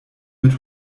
mit